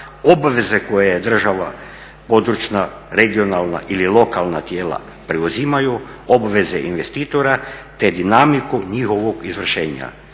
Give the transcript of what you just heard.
obveze koje je država, područna, regionalna ili lokalna tijela preuzimaju, obveze investitora te dinamiku njihovog izvršenja.